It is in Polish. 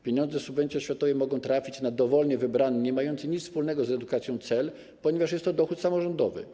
Pieniądze z subwencji oświatowej mogą trafić na dowolnie wybrany, niemający nic wspólnego z edukacją cel, ponieważ jest to dochód samorządowy.